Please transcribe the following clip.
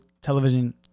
television